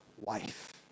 wife